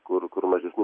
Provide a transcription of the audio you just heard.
kur kur mažesni